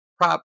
prop